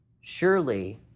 Surely